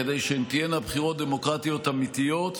כדי שהן תהיינה בחירות דמוקרטיות אמיתיות,